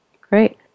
Great